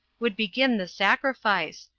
would begin the sacrifice,